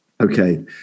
Okay